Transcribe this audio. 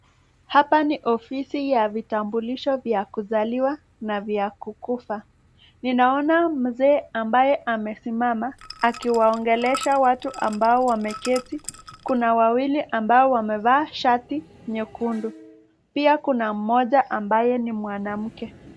Hapa ni ofisi ya vitambulisho vya kuzaliwa na vya kukufa, ninaona mzee ambaye amesimama akiwaongelesha watu ambao wameketi, kuna wawili ambao wamevaa shati nyekundu. Pia kuna mmoja ambaye ni mwanamke.